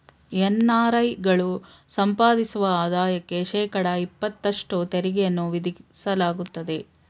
NRI ಗಳು ಸಂಪಾದಿಸುವ ಆದಾಯಕ್ಕೆ ಶೇಕಡ ಇಪತ್ತಷ್ಟು ತೆರಿಗೆಯನ್ನು ವಿಧಿಸಲಾಗುತ್ತದೆ